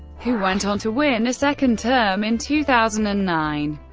who went on to win a second term in two thousand and nine.